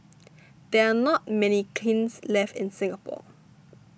there are not many kilns left in Singapore